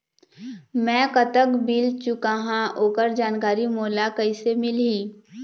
मैं कतक बिल चुकाहां ओकर जानकारी मोला कइसे मिलही?